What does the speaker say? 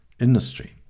industry